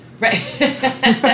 Right